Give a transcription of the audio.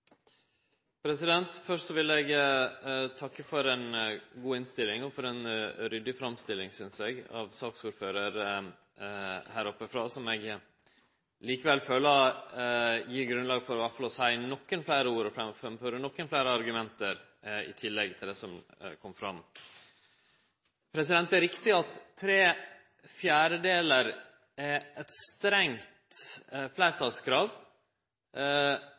III. Først vil eg takke for ei god innstilling og for ei ryddig framstilling – synest eg – av ordføraren for saka, som eg likevel føler gir grunnlag for i alle fall å seie nokre fleire ord og framføre nokre fleire argument – i tillegg til det som har kome fram. Det er riktig at tre fjerdedelar er eit strengt fleirtalskrav